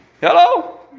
Hello